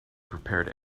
prepared